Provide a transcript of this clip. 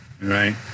Right